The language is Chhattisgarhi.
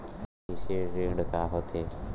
कृषि ऋण का होथे?